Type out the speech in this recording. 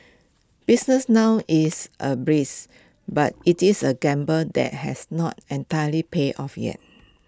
business now is A brisk but IT is A gamble that has not entirely paid off yet